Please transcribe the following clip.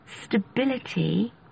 stability